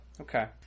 Okay